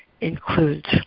includes